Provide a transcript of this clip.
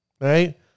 Right